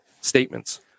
statements